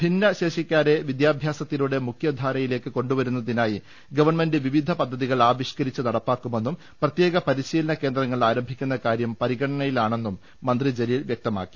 ഭിന്നശേഷിക്കാരെ വിദ്യാഭ്യാസത്തിലൂടെ മുഖ്യധാരയിലേക്ക് കൊണ്ടുവരുന്നതിനായി ഗവൺമെന്റ് വിവിധ പദ്ധ തികൾ ആവിഷ്ക്കരിച്ച് നടപ്പാക്കുമെന്നും പ്രത്യേക പരിശ്രീലന കേന്ദ്ര ങ്ങൾ ആരംഭിക്കുന്ന കാര്യം പരിഗണനയിലാണെന്നും മന്ത്രി ജലീൽ വ്യക്തമാക്കി